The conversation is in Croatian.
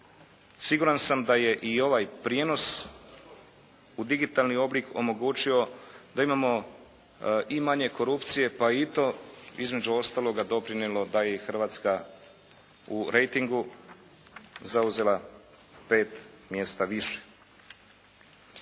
Siguran sam da je i ovaj prijenos u digitalni oblik omogućio da imamo i manje korupcije pa i to između ostaloga doprinijelo da i Hrvatska u rejtingu zauzela pet mjesta više.